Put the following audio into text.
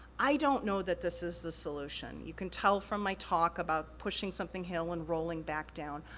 i don't know that this is the solution. you can tell from my talk about pushing something hill and rolling back down.